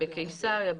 בקיסריה,